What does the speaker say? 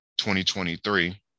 2023